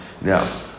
Now